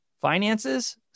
finances